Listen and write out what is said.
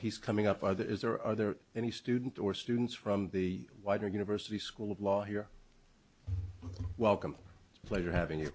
he's coming up either is there are there any students or students from the wider university school of law here welcome pleasure having